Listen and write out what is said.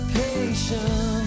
patience